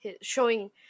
showing